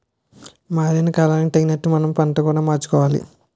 మారిన కాలానికి తగినట్లు మనం పంట కూడా మార్చుకోవాలి